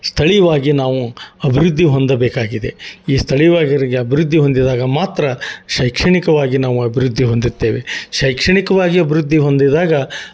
ಸ್ಥಳಿಯವಾಗಿ ನಾವು ಅಭಿವೃದ್ಧಿ ಹೊಂದಬೇಕಾಗಿದೆ ಈ ಸ್ಥಳಿವಾಗಿರ್ಗೆ ಅಭಿವೃದ್ಧಿ ಹೊಂದಿದಾಗ ಮಾತ್ರ ಶೈಕ್ಷಣಿಕವಾಗಿ ನಾವು ಅಭಿವೃದ್ಧಿ ಹೊಂದುತ್ತೇವೆ ಶೈಕ್ಷಣಿಕವಾಗಿ ಅಭಿವೃದ್ಧಿ ಹೊಂದಿದಾಗ